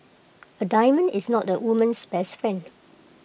A diamond is not A woman's best friend